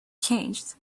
changed